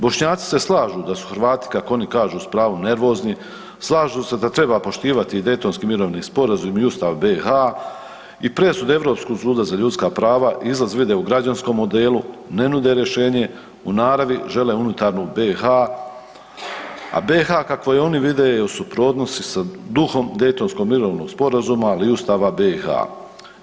Bošnjaci se slažu da su Hrvati kako oni kažu s pravom nervozni, slažu se da treba poštovati Daytonski mirovni sporazum i Ustav BiH i presude Europskog suda za ljudska prava, izlaz vide u građanskom modelu, ne nude rješenje, u naravi žele unutarnju BiH a BiH kakvu je oni vide je u suprotnosti sa dugom Daytonskog mirovnog sporazuma ali i Ustava BiH-a.